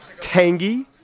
Tangy